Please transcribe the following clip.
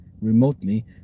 remotely